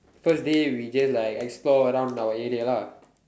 first day we just like explore around our area lah